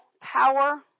power